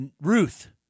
Ruth